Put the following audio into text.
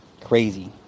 Crazy